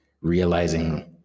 realizing